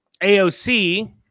AOC